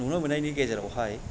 नुनो मोननायनि गेजेरावहाय